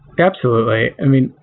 absolutely. i mean,